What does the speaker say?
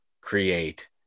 create